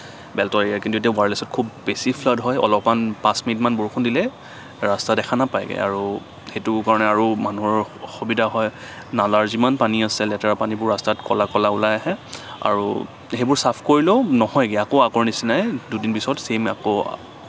Beltola area কিন্তু এতিয়া ৱাইৰলেছত খুব বেছি ফ্লাড হয় অলপমান পাঁচমিনিটমান বৰষুণ দিলে ৰাস্তা দেখা নাপায় আৰু সেইটো কাৰণে আৰু মানুহৰ সু অসুবিধা হয় নালাৰ যিমান পানী আছে লেতেৰা পানীবোৰ ৰাস্তাত ক'লা ক'লা ওলায় আহে আৰু সেইবোৰ চাফ কৰিলেও নহয়গে আকৌ আগৰ নিচিনাই দুদিন পিছত চেইম আকৌ